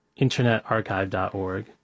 internetarchive.org